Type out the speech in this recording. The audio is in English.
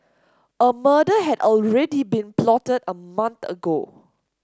a murder had already been plotted a month ago